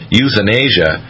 euthanasia